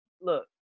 look